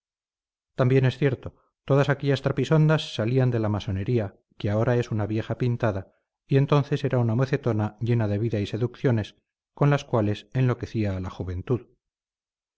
también es cierto todas aquellas trapisondas salían de la masonería que ahora es una vieja pintada y entonces era una mocetona llena de vida y seducciones con las cuales enloquecía a la juventud